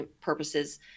purposes